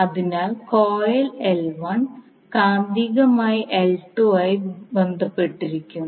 അതിനാൽ കോയിൽ കാന്തികമായി ആയി ബന്ധപ്പെട്ടിരിക്കുന്നു